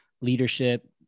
leadership